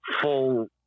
full